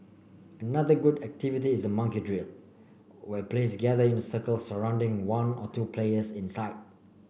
another good activity is monkey drill where players gather in a circle surrounding one or two players inside